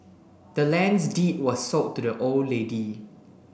the land's deed was sold to the old lady